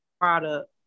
product